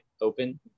open